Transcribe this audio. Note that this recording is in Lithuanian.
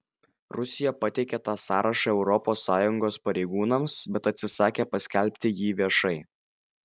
rusija pateikė tą sąrašą europos sąjungos pareigūnams bet atsisakė paskelbti jį viešai